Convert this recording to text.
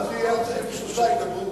אבל הם רוצים עוד לדבר.